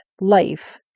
life